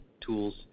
tools